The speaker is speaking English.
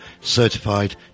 Certified